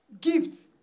gifts